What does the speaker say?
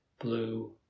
blue